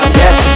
yes